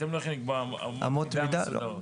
אתם לא יכולים לקבוע אמות מידה מסודרות.